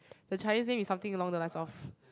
the Chinese name is something along the lines of